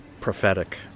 prophetic